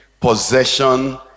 possession